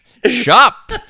shop